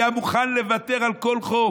היה מוכן לוותר על כל חוק,